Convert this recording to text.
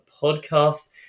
podcast